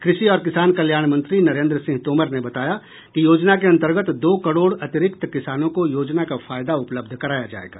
कृषि और किसान कल्याण मंत्री नरेन्द्र सिंह तोमर ने बताया कि योजना के अंतर्गत दो करोड़ अतिरिक्त किसानों को योजना का फायदा उपलब्ध कराया जाएगा